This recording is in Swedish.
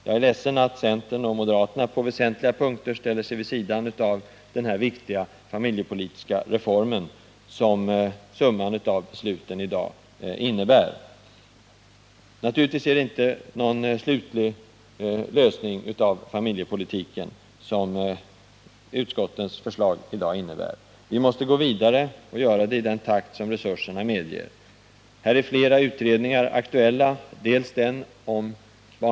Jag är ledsen över att centern och moderaterna på väsentliga punkter ställer sig vid sidan av den viktiga familjepolitiska reform som summan av de förslag vi i dag behandlar innebär. De förslag som utskotten i dag ställer sig bakom är naturligtvis ingen slutlig utformning av familjepolitiken. Vi måste gå vidare i den takt som resurserna medger. Flera utredningar är aktuella på detta område.